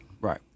right